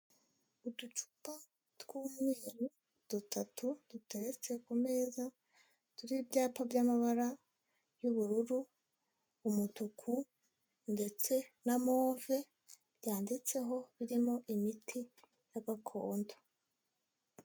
Uducuta tw'umweru dutatu duturutse ku meza, turiho ibyapa by'amabara y'ubururu, umutuku, ndetse n'amove byanditseho birimo imiti ya gakondo.